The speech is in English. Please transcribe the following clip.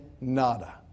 nada